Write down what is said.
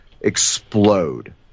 explode